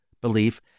belief